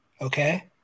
Okay